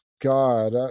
God